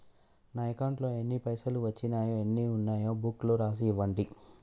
నా అకౌంట్లో ఎన్ని పైసలు వచ్చినాయో ఎన్ని ఉన్నాయో బుక్ లో రాసి ఇవ్వండి?